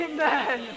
Amen